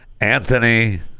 Anthony